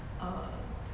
err